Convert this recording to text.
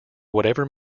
whatever